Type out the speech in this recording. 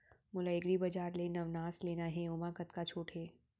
मोला एग्रीबजार ले नवनास लेना हे ओमा कतका छूट हे?